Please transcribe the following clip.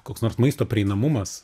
koks nors maisto prieinamumas